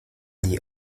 die